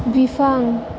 बिफां